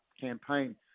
campaign